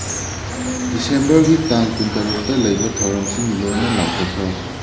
ꯗꯤꯁꯦꯝꯕꯔꯒꯤ ꯇꯥꯡ ꯀꯨꯟ ꯇꯔꯨꯛꯇ ꯂꯩꯕ ꯊꯧꯔꯝꯁꯤꯡ ꯂꯣꯏꯅ ꯂꯥꯎꯊꯣꯛꯈ꯭ꯔꯣ